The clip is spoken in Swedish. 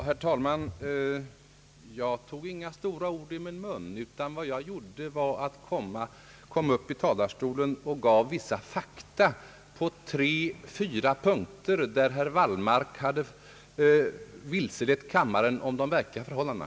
Herr talman! Jag tog inga stora ord i min mun! Jag kom upp i talarstolen och gav vissa fakta på tre, fyra punkter där herr Wallmark vilselett kammaren om de verkliga förhållandena.